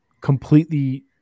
completely